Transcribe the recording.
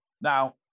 Now